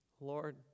Lord